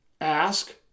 ask